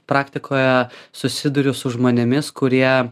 praktikoje susiduriu su žmonėmis kurie